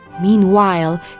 Meanwhile